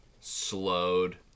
slowed